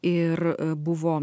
ir buvo